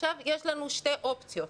עכשיו יש לנו שתי אופציות.